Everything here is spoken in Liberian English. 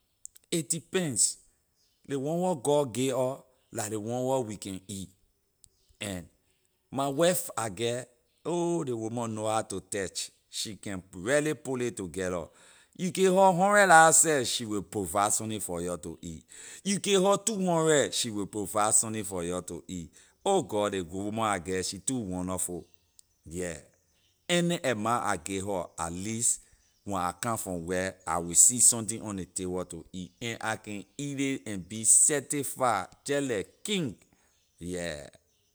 A depends ley one wer god give or la ley one wer we can eat and my wife I get ohh ley woman know how to touch she can really put ley together you give her hundred la seh she will provide sunni for your to eat you give her two hundred she’ll provide sunni for your to eat oh god ley woman I get she too wonderful yeah any amount I give her at least when I come from work I will see something on ley table to eat and I can eat ley and be satisfy jeh like king yeah.